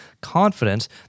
confidence